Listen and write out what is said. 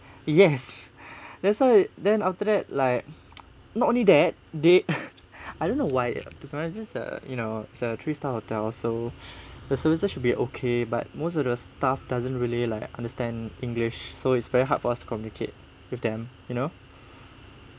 yes that's why then after that like not only that they I don't know why uh uh you know is a three star hotel so the services should be okay but most of the staff doesn't really like understand english so it's very hard for us to communicate with them you know